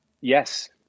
Yes